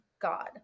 god